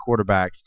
quarterbacks